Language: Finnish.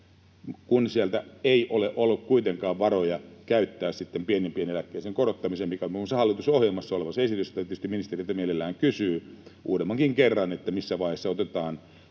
kun sieltä ei ole ollut kuitenkaan varoja käyttää sitten pienimpien eläkkeiden korottamiseen, mikä on muun muassa hallitusohjelmassa olevassa esityksessä. Sitä tietysti ministeriltä mielellään kysyy uudemmankin kerran, että missä vaiheessa otetaan